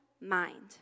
mind